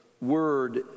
word